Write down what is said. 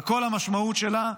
על כל המשמעות שלה,